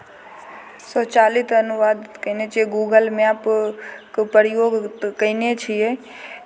स्वचालित अनुवाद कयने छियै गूगल मैपके प्रयोग कयने छियै